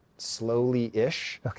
Slowly-ish